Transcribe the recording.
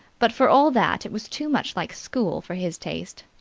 but for all that it was too much like school for his taste.